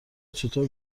چطور